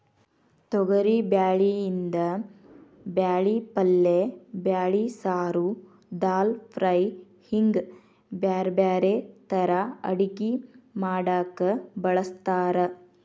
ತೊಗರಿಬ್ಯಾಳಿಯಿಂದ ಬ್ಯಾಳಿ ಪಲ್ಲೆ ಬ್ಯಾಳಿ ಸಾರು, ದಾಲ್ ಫ್ರೈ, ಹಿಂಗ್ ಬ್ಯಾರ್ಬ್ಯಾರೇ ತರಾ ಅಡಗಿ ಮಾಡಾಕ ಬಳಸ್ತಾರ